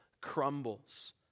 crumbles